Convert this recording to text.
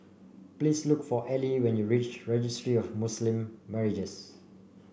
please look for Ellie when you reach Registry of Muslim Marriages